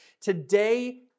today